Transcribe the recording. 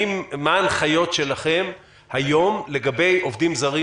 מה ההנחיות שלכם היום לגבי עובדים זרים